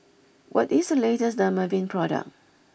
what is the latest Dermaveen product